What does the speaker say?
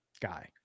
guy